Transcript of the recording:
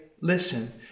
listen